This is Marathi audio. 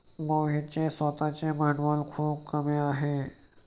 मोहितचे स्वतःचे भांडवल खूप कमी आहे